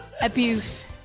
Abuse